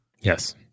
Yes